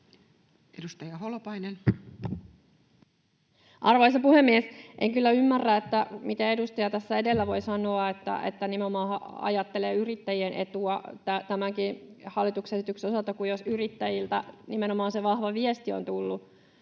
Edustaja Holopainen. Arvoisa puhemies! En kyllä ymmärrä, miten edustaja tässä edellä voi sanoa, että nimenomaan ajattelee yrittäjien etua tämänkin hallituksen esityksen osalta, jos nimenomaan yrittäjiltä